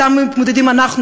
אתם מתמודדים אנחנו,